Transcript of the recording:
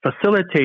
facilitate